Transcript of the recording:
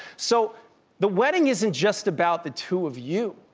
so the wedding isn't just about the two of you.